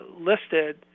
listed